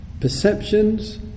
perceptions